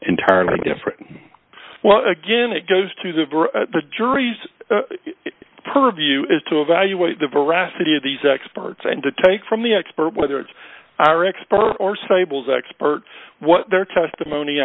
entirely different well again it goes to the the jury's purview is to evaluate the veracity of these experts and to take from the expert whether it's our expert or sables expert what their testimony